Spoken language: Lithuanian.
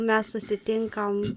mes susitinkam